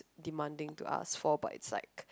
demanding to ask for but it's like